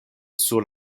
sur